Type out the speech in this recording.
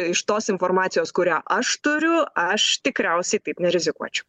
iš tos informacijos kurią aš turiu aš tikriausiai taip nerizikuočiau